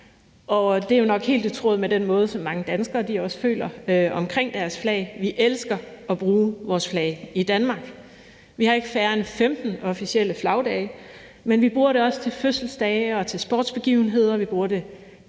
og det er jo nok helt i tråd med det, som mange danskere også føler i forhold til deres flag. Vi elsker at bruge vores flag i Danmark. Vi har ikke færre end 15 officielle flagdage, men vi bruger det også til fødselsdage og til sportsbegivenheder,